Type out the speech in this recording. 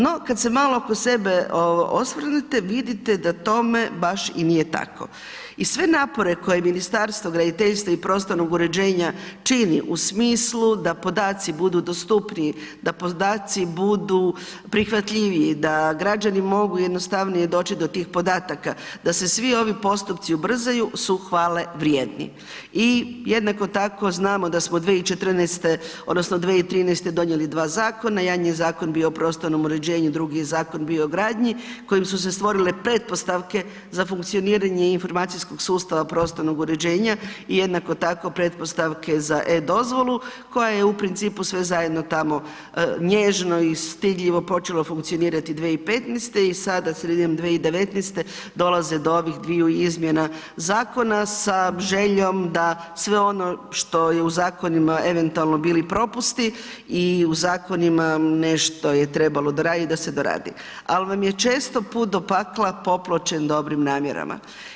No kad se malo oko sebe osvrnete, vidite da tome baš i nije tako i sve napore koje Ministarstvo graditeljstva i prostornog uređenja čini u smislu da podaci budu dostupniji, da podaci budu prihvatljiviji, da građani mogu jednostavnije doći do tih podataka, da se svi ovi postupci ubrzaju su hvalevrijedni i jednako tako znamo da smo 2014. odnosno 2013. donijeli dva zakona, jedan je zakon bio o prostornomu uređenju, drugi je zakon bio o gradnji kojim su se stvorile pretpostavke za funkcioniranje informacijskog sustava prostornog uređenja i jednako tako pretpostavke za e-dozvola koja je u principu sve zajedno tamo nježno i stidljivo počelo funkcionirati 2015. i sada sredinom 2019. dolazi do ovih dviju izmjena zakona sa željom da sve ono što su u zakonima eventualno bili propusti i u zakonima nešto je trebalo doraditi, da se doradi ali vam je često put do pakla popločen dobrim namjerama.